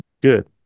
Good